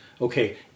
okay